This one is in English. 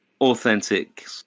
authentic